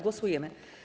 Głosujemy.